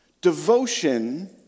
Devotion